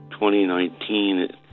2019